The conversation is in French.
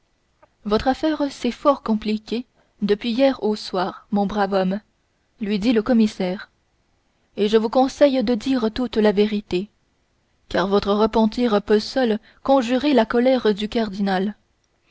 votre affaire s'est fort compliquée depuis hier au soir mon brave homme lui dit le commissaire et je vous conseille de dire toute la vérité car votre repentir peut seul conjurer la colère du cardinal